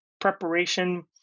preparation